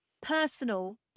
personal